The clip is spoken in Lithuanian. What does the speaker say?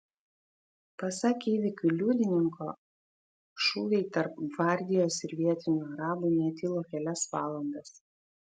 pasak įvykių liudininko šūviai tarp gvardijos ir vietinių arabų netilo kelias valandas